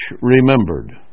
remembered